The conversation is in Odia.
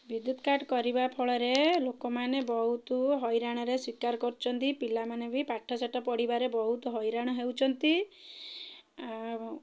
ବିଦ୍ୟୁତ୍ କାଟ୍ କରିବା ଫଳରେ ଲୋକମାନେ ବହୁତ ହଇରାଣରେ ସ୍ଵୀକାର କରୁଛନ୍ତି ପିଲାମାନେ ବି ପାଠଶାଠ ପଢ଼ିବାରେ ବହୁତ ହଇରାଣ ହେଉଛନ୍ତି ଆଉ